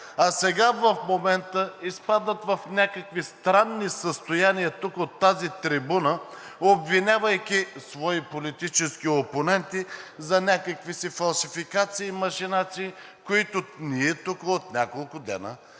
Сега, в момента, изпадат в някакви странни състояния от тази трибуна, обвинявайки свои политически опоненти за някакви си фалшификации и машинации, които ние тук от няколко дни